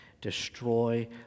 destroy